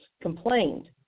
complained